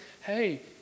hey